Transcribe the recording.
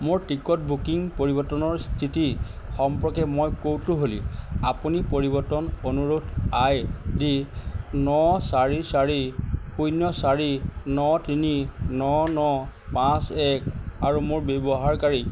মোৰ ticket booking পৰিৱৰ্তনৰ স্থিতি সম্পৰ্কে মই কৌতূহলী আপুনি পৰিৱৰ্তন অনুৰোধ আই ডি ন চাৰি চাৰি শূন্য চাৰি ন তিনি ন ন পাঁচ এক আৰু মোৰ ব্যৱহাৰকাৰী